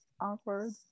awkward